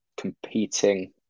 competing